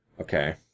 Okay